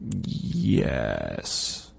Yes